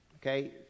Okay